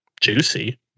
juicy